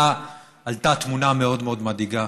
עלתה תמונה מאוד מאוד מדאיגה,